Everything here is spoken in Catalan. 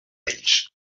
ells